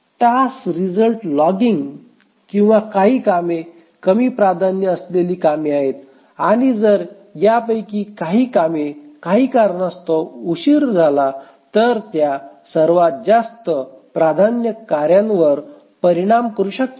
task result logging किंवा काही कामे कमी प्राधान्य असलेली कामे आहेत आणि जर यापैकी काही कामे काही कारणास्तव उशीर झाल्या तर त्या सर्वात जास्त प्राधान्य कार्यावर परिणाम करू शकतात